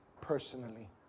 personally